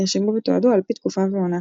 נרשמו ותועדו ע"פ תקופה ועונה,